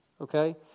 okay